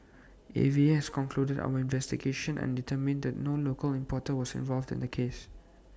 A V A has concluded our investigations and determined that no local importer was involved in the case